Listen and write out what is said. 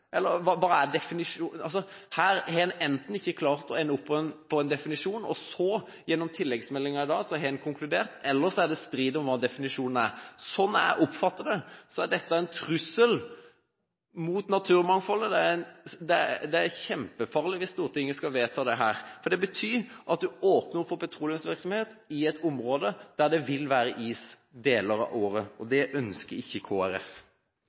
Her har en enten ikke klart å ende opp med en definisjon, og så gjennom tilleggsmeldingen i dag har en konkludert, eller så er det strid om hva definisjonen er. Sånn jeg oppfatter det, er dette en trussel mot naturmangfoldet. Det er kjempefarlig hvis Stortinget skal vedta dette, for det betyr at en åpner opp for petroleumsvirksomhet i et område der det vil være is deler av året. Det ønsker ikke